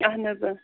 اہن حظ